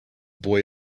boy